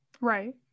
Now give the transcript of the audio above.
right